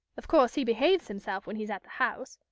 of course he behaves himself when he's at the house.